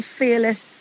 fearless